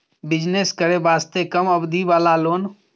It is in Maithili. बिजनेस करे वास्ते कम अवधि वाला लोन?